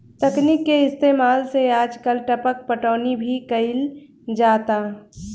तकनीक के इस्तेमाल से आजकल टपक पटौनी भी कईल जाता